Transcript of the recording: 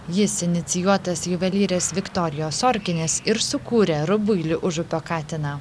jis inicijuotas juvelyrės viktorijos orkinės ir sukūrė rubuilį užupio katiną